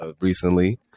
recently